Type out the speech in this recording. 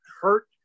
hurt